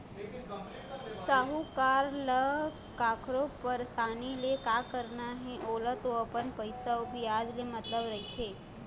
साहूकार ल कखरो परसानी ले का करना हे ओला तो अपन पइसा अउ बियाज ले मतलब रहिथे